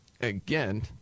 again